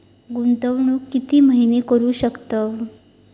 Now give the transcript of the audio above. गुंतवणूक किती महिने करू शकतव?